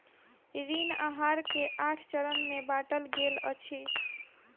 ऋण आहार के आठ चरण में बाटल गेल अछि